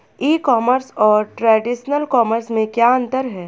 ई commerce और traditional commerce में क्या अंतर है?